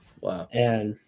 Wow